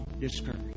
discouraged